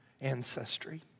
ancestry